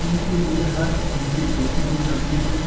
ان کے لیے ہر ممکن کوشش بھی کرتی ہے